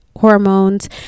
hormones